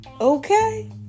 okay